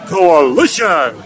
Coalition